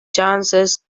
chances